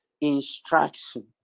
instruction